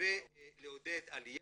ולעודד עליה